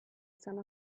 some